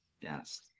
yes